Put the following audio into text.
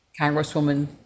Congresswoman